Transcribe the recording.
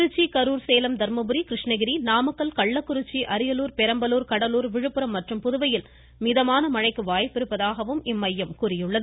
திருச்சி கரூர் சேலம் தர்மபுரி கிருஷ்ணகிரி நாமக்கல் கள்ளக்குறிச்சி அரியலூர் பெரம்பலூர் கடலூர் விழுப்புரம் மற்றும் புதுவையில் மீதமான மழைக்கு வாய்ப்பிருப்பதாகவும் இம்மையம் கூறியுள்ளது